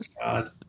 god